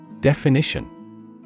Definition